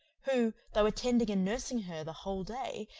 who, though attending and nursing her the whole day,